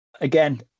again